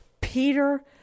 peter